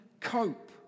cope